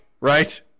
right